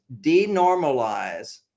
denormalize